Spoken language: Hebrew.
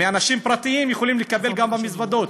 מאנשים פרטיים יכולים לקבל גם במזוודות,